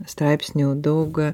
straipsnių daug